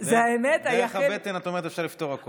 את אומרת שדרך הבטן אפשר לפתור הכול.